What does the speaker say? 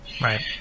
Right